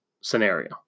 scenario